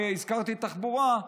והזכרתי תחבורה,